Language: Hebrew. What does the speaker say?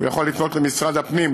הוא יכול לפנות למשרד הפנים,